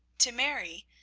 to mary,